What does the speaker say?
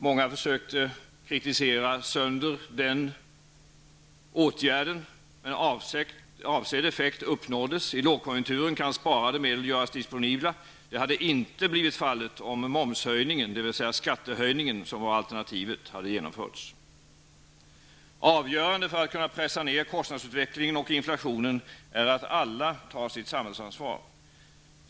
Många försökte kritisera sönder den åtgärden men avsedd effekt uppnåddes. I lågkonjunkturen kan sparade medel göras disponibla. Det hade inte blivit fallet om momshöjningen, dvs. skattehöjningen som var alternativet, hade genomförts. Avgörande för att kunna pressa ned kostnadsutvecklingen och inflationen är att alla tar sitt samhällsansvar.